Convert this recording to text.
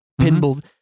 pinball